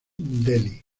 delhi